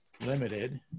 Limited